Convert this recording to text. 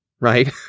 right